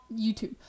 YouTube